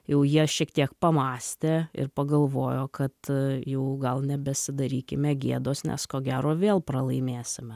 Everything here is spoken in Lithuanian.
jau jie šiek tiek pamąstė ir pagalvojo kad jau gal nebesidarykime gėdos nes ko gero vėl pralaimėsime